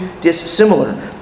dissimilar